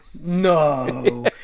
no